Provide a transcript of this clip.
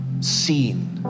seen